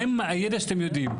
מה הידע שאתם יודעים?